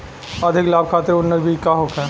अधिक लाभ खातिर उन्नत बीज का होखे?